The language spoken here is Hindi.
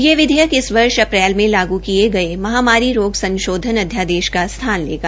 यह विधेयक इस वर्ष अप्रैल में लागू किए गए महामारी रोग संशोधन अध्यादेश का स्थान लेगा